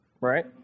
Right